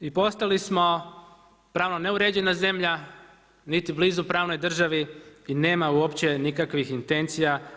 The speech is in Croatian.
I postali smo pravno neuređena zemlja niti blizu pravnoj državi i nema uopće nikakvih intencija.